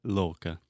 louca